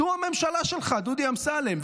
זו הממשלה שלך, דודי אמסלם.